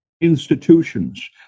institutions